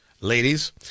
ladies